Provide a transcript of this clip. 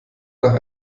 nach